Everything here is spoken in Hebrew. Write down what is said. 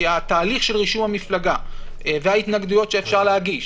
כי תהליך רישום המפלגה וההתנגדויות שאפשר להגיש